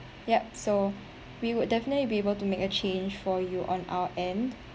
yup so we would definitely be able to make a change for you on our end